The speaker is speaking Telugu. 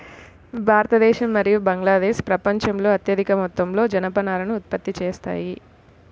భారతదేశం మరియు బంగ్లాదేశ్ ప్రపంచంలో అత్యధిక మొత్తంలో జనపనారను ఉత్పత్తి చేస్తాయి